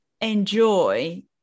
enjoy